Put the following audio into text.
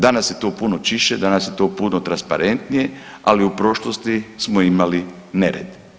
Danas je to puno čišće, danas je to puno transparentnije, ali u prošlosti smo imali nered.